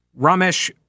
Ramesh